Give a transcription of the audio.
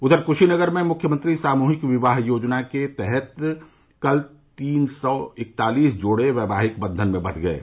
उधर क्शीनगर में मुख्यमंत्री सामूहिक विवाह योजना के तहत कल तीन सौ इकतालीस जोड़े वैवाहिक बन्धन में बंघ गये